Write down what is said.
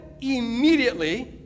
immediately